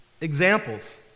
examples